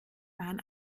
waren